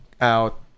out